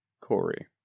Corey